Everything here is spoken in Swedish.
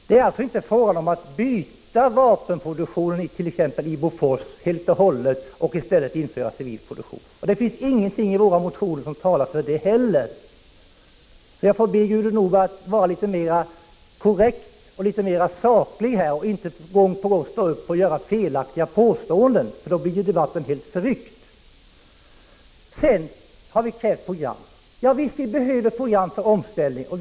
Det är alltså inte fråga om att helt och hållet i t.ex. AB Bofors byta ut vapenproduktionen mot civil produktion. Det finns heller ingenting i våra motioner som talar för detta. Jag får be Gudrun Norberg att vara litet mer korrekt och saklig och inte gång på gång göra felaktiga påståenden, för då blir debatten helt förryckt. Vi har krävt program. Ja, visst behöver vi program för omställningen.